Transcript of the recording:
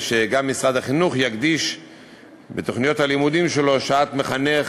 ומשרד החינוך יקדיש בתוכניות הלימודים שלו שעת מחנך